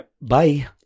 bye